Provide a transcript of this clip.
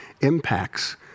impacts